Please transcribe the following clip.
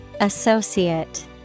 associate